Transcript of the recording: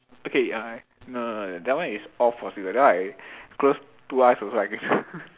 okay I no no no that one is all possible that one I close two eyes also I can